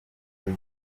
zari